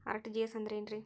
RTGS ಅಂದ್ರ ಏನ್ರಿ?